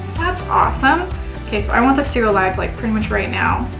that's awesome. okay, so i want this to live like pretty much right now.